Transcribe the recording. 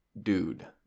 dude